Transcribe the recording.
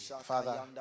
Father